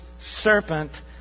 serpent